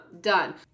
done